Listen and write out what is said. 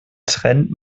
trennt